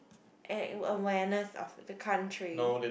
a~ awareness of the country